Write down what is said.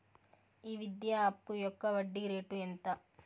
ఈ విద్యా అప్పు యొక్క వడ్డీ రేటు ఎంత?